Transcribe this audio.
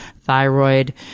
thyroid